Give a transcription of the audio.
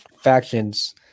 factions